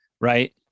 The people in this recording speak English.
right